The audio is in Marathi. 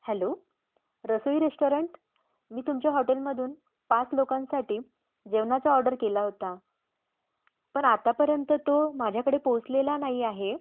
हॅलो रसोई रेस्टॉरंट मी तुमच्या हॉटेलमधून पाच लोकांसाठी जेवणाचा ऑर्डर केला होता पण आतापर्यंत तो माझ्याकडे पोहोचलेला नाही आहे